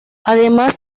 además